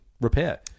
repair